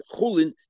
chulin